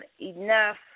enough